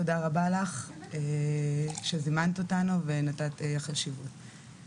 תודה רבה לך שהזמנת אותנו ונתת חשיבות לנושא.